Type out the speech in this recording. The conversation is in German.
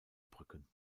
brücken